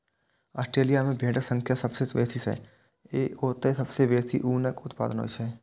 Australia मे भेड़क संख्या सबसं बेसी छै, तें ओतय सबसं बेसी ऊनक उत्पादन होइ छै